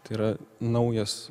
tai yra naujas